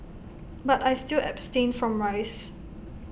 but I still abstain from rice